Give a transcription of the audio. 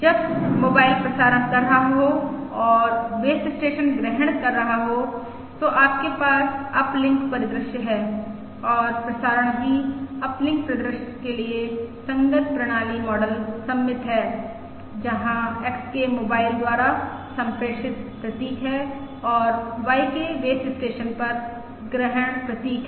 जब मोबाइल प्रसारण कर रहा हो और बेस स्टेशन ग्रहण कर रहा हो तो आपके पास अपलिंक परिदृश्य है और प्रसारण भी अपलिंक परिदृश्य के लिए संगत प्रणाली मॉडल सममित है जहां XK मोबाइल द्वारा सम्प्रेषित प्रतीक है और YK बेस स्टेशन पर ग्रहण प्रतीक है